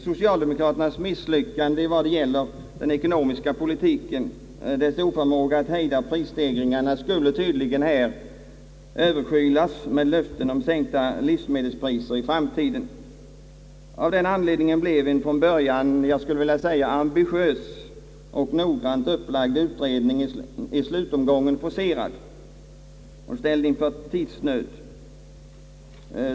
Socialdemokraternas misslyckande vad gäller den ekonomiska politiken och deras oförmåga att hejda prisstegringarna skulle tydligen överskylas med löften om sänkta livsmedelspriser i framtiden. Av den anledningen blev den från början ambitiöst och noggrant upplagda utredningen i slutomgången forcerad och ställd inför tidsnöd.